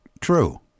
true